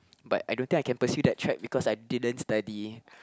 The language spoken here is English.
but I don't think I can pursue that track because I didn't study